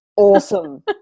Awesome